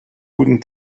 guten